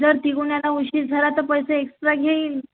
जर तिथून यायला उशीर झाला तर पैसे एक्स्ट्रा घेईन